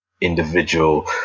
individual